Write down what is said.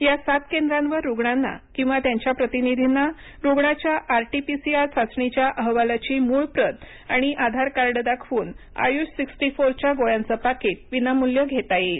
या सात केंद्रांवर रुग्णांना किंवा त्यांच्या प्रतिनिधींना रुग्णाच्या आरटी पीसीआर चाचणीच्या अहवालाची मूळ प्रत आणि आधार कार्ड दाखवून आयुष सिक्स्टी फोर च्या गोळ्यांचं पाकिट विनामूल्य घेता येईल